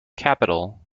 capital